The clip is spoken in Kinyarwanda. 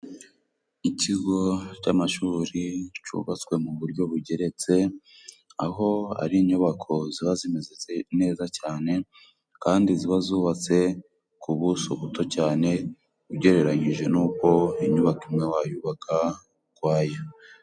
Ikigo cy'amashuri cubatswe mu buryo bugeretse, aho ari inyubako ziba zimeze neza cyane kandi ziba zubatse ku buso buto cyane, ugereranyije n'uko inyubako imwe wayubaka ukwayo.